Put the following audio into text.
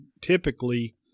typically